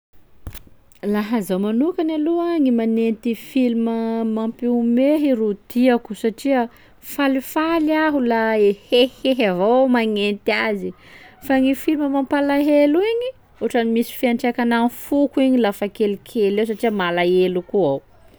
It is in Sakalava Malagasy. Laha zaho manokany aloha gny manenty filma mampiomehy ro tiako satria falifaly aho la e hehihehy avao magnenty azy fa gny filma mampalahelo igny ohatran'ny misy fiantraikany am' foko igny lafa kelikely eo satria malahelo koa aho.